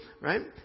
Right